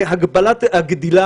מייחל פה לחזור ולשלוט ברצועת עזה,